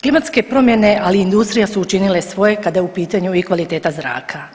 Klimatske promjene, ali i industrija su učinile svoje kada je u pitanju i kvaliteta zraka.